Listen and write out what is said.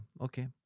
Okay